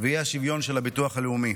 ואי-השוויון של הביטוח הלאומי.